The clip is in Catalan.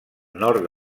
nord